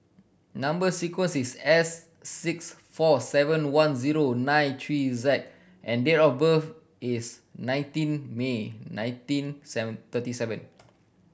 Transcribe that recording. number sequence is S six four seven one zero nine three Z and date of birth is nineteen May nineteen seven thirty seven